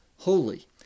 Holy